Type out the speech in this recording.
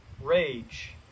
Rage